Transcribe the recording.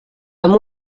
amb